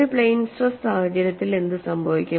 ഒരു plane stress സാഹചര്യത്തിൽ എന്ത് സംഭവിക്കും